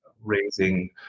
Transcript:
raising